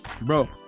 bro